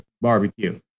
barbecue